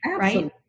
Right